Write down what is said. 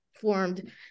formed